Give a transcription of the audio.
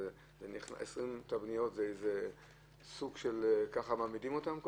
תבניות ככה מעמידים אותן?